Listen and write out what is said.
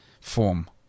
form